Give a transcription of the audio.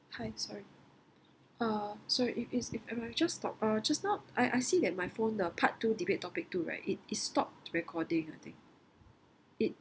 hi sorry uh sorry if it's just stop uh just now I I see my phone the part two debate topic two right it it stopped recording I think it